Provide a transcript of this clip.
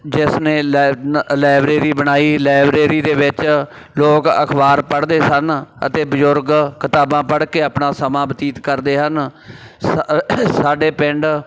ਜਿਸ ਨੇ ਲਾਇ ਲਾਇਬਰੇਰੀ ਬਣਾਈ ਲਾਇਬਰੇਰੀ ਦੇ ਵਿੱਚ ਲੋਕ ਅਖ਼ਬਾਰ ਪੜ੍ਹਦੇ ਸਨ ਅਤੇ ਬਜ਼ੁਰਗ ਕਿਤਾਬਾਂ ਪੜ੍ਹ ਕੇ ਆਪਣਾ ਸਮਾਂ ਬਤੀਤ ਕਰਦੇ ਹਨ ਸ ਸਾਡੇ ਪਿੰਡ